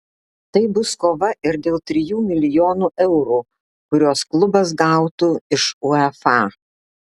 tai bus kova ir dėl trijų milijonų eurų kuriuos klubas gautų iš uefa